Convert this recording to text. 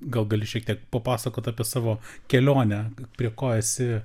gal gali šiek tiek papasakot apie savo kelionę prie ko esi